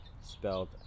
spelled